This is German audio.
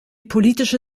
politische